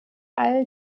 all